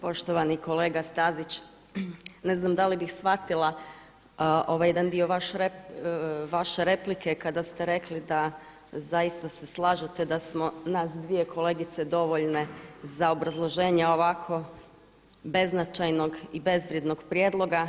Poštovani kolega Stazić, ne znam da li bih shvatila ovaj jedan dio vaše replike kada ste rekli da zaista se slažete da smo nas dvije kolegice dovoljne za obrazloženje ovako beznačajnog i bezvrijednog prijedloga.